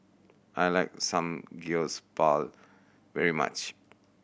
I like Samgyeopsal very much